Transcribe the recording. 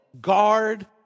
guard